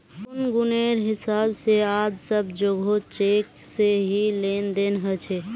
गुनगुनेर हिसाब से आज सब जोगोह चेक से ही लेन देन ह छे